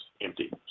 empty